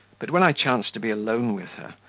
but when i chanced to be alone with her,